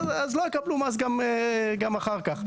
אז לא יקבלו מס גם אחר כך.